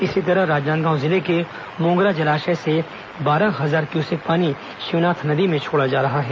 इसी तरह राजनांदगांव जिले के मोंगरा जलाशय से बारह हजार क्यूसेक पानी शिवनाथ नदी में छोड़ा जा रहा है